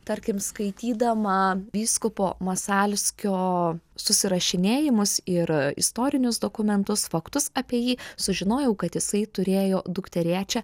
tarkim skaitydama vyskupo masalskio susirašinėjimus ir istorinius dokumentus faktus apie jį sužinojau kad jisai turėjo dukterėčią